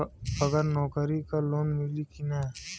बगर नौकरी क लोन मिली कि ना?